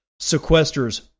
sequesters